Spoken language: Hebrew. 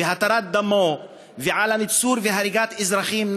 והתרת דמו ועל הניצול ועל הריגת אזרחים,